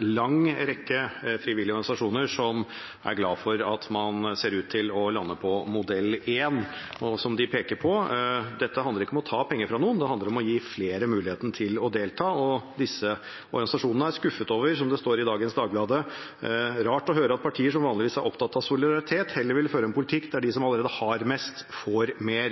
lang rekke frivillige organisasjoner som er glad for at man ser ut til å lande på modell 1. Og som de peker på, handler ikke dette om å ta penger fra noen; det handler om å gi flere muligheten til å delta. Disse organisasjonene er skuffet, og som det står i dagens Dagbladet: «Derfor føles det merkelig å høre at partier som vanligvis er opptatt av solidaritet, heller vil føre en politikk der de som allerede har mest, får mer.»